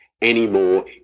anymore